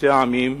לשני עמים,